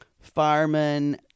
fireman